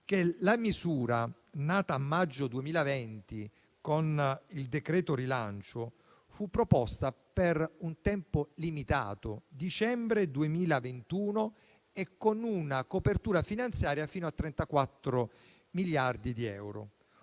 la misura nata a maggio 2020 con il decreto-legge rilancio fu proposta per un tempo limitato (dicembre 2021) e con una copertura finanziaria fino a 34 miliardi di euro.